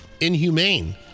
inhumane